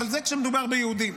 אבל זה כשמדובר ביהודים.